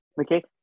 Okay